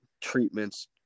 treatments